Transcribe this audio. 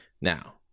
Now